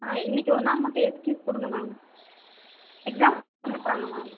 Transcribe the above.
ஆ இன்றைக்கி ஒரு நாள் மட்டும் எஸ்க்யூஸ் கொடுங்க மேம் எக்ஸாம் மேம்